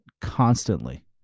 constantly